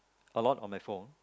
a lot on my phone